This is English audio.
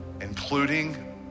including